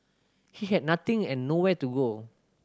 he had nothing and nowhere to go